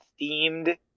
themed